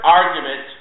argument